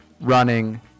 running